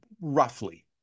roughly